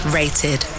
rated